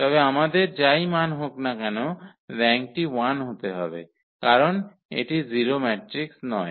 তবে আমাদের যাই মান হোক না কেন র্যাঙ্কটি 1 হতে হবে কারণ এটি 0 ম্যাট্রিক্স নয়